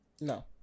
No